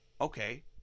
okay